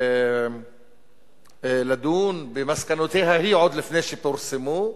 ולדון במסקנותיה היא, עוד לפני שפורסמו,